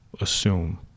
assume